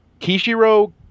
Kishiro